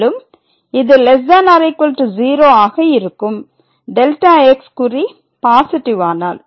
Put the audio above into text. மேலும் இது ≤ 0 ஆக இருக்கும் Δx குறி பாசிட்டிவானால்